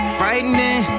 frightening